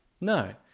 no